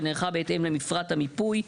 שנערכה בהתאם למפרט המיפוי.